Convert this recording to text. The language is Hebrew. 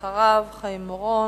ואחריו, חבר הכנסת חיים אורון.